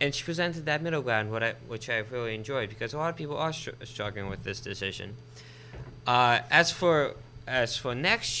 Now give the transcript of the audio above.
and she presented that middle ground what i enjoy because a lot of people are struggling with this decision as for as for next